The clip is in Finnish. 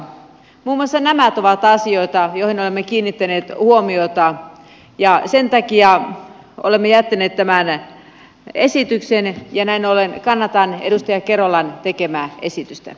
muun muassa nämä ovat asioita joihin olemme kiinnittäneet huomiota ja sen takia olemme jättäneet tämän esityksen ja näin ollen kannatan edustaja kerolan tekemää esitystä